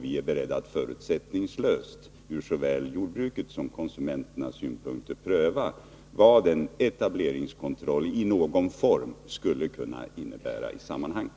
Vi är beredda att förutsättningslöst från såväl jordbrukets som konsumenternas synpunkter pröva vad en etableringskontroll i någon form skulle kunna innebära i sammanhanget.